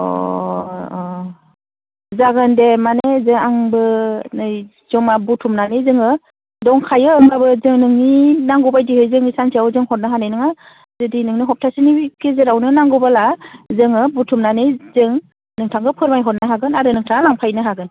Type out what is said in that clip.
अ अ जागोम दे माने ओजों आंबो नै जमा बुथुमनानै जोङो दंखायो होनब्लाबो जों नोंनि नांगौबायदियै जों सानसेयाव जों हरनो हानाय नङा जुदि नोंनो हब्थाहसेनि गेजेरावनो नांगौब्ला जोङो बुथुमनानै जों नोंथांखौ फोरमायहरनो हागोन आरो नोंथाङा लांफैनो हागोन